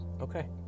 Okay